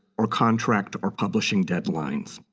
or contract or publishing deadlines.